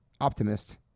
optimist